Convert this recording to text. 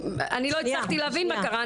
אני לא הצלחתי להבין מה קרה,